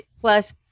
plus